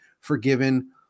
forgiven